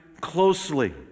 closely